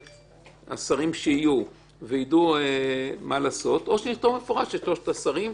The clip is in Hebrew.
והשרים שיהיו יידעו מה לעשות או שנכתוב במפורש את שלושת השרים.